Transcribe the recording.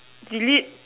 delete